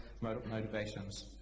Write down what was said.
motivations